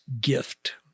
gift